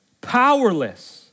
Powerless